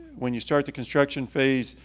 when you start the construction phase,